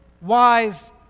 wise